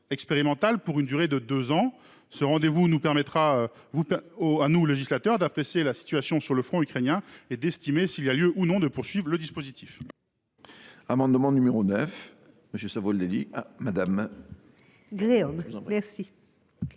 pour une durée de deux ans. Ce rendez vous permettra au législateur de considérer la situation sur le front ukrainien pour décider s’il y a lieu, ou non, de poursuivre ce dispositif.